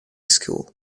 school